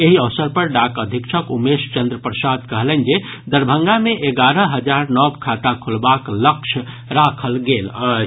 एहि अवसर पर डाक अधीक्षक उमेश चंद्र प्रसाद कहलनि जे दरभंगा मे एगारह हजार नव खाता खोलबाक लक्ष्य राखल गेल अछि